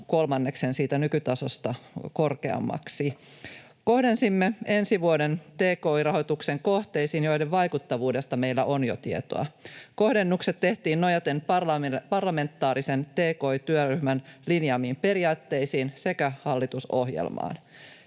kolmanneksen siitä nykytasosta korkeammaksi. Kohdensimme ensi vuoden tki-rahoituksen kohteisiin, joiden vaikuttavuudesta meillä on jo tietoa. Kohdennukset tehtiin nojaten parlamentaarisen tki-työryhmän linjaamiin periaatteisiin sekä hallitusohjelmaan.